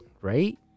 Right